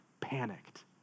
panicked